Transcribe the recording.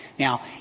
Now